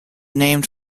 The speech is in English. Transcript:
named